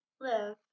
live